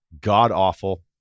god-awful